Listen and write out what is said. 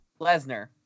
Lesnar